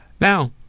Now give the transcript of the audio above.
Now